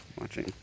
watching